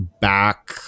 back